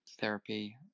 therapy